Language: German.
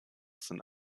sind